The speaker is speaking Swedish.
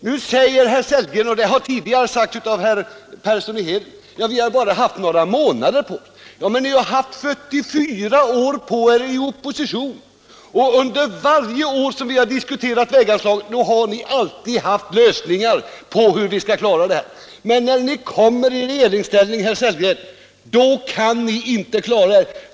Nu säger herr Sellgren — och det har tidigare sagts av herr Persson i Heden — att man bara haft några månader på sig. Men ni har haft 44 år på er i opposition, och varje år som vi har diskuterat väganslagen har ni haft lösningar på hur vi skulle klara dessa uppgifter. Men när ni kommer i regeringsställning, herr Sellgren, kan ni inte klara dem.